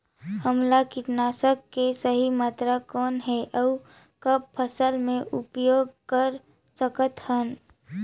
हमला कीटनाशक के सही मात्रा कौन हे अउ कब फसल मे उपयोग कर सकत हन?